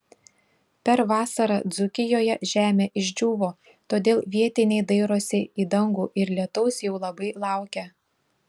per vasarą dzūkijoje žemė išdžiūvo todėl vietiniai dairosi į dangų ir lietaus jau labai laukia